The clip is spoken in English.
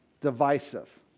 divisive